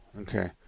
Okay